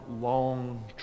long